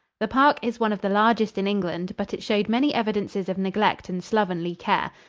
the park is one of the largest in england, but it showed many evidences of neglect and slovenly care.